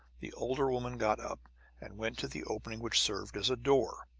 the older woman got up and went to the opening which served as a door.